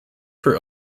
for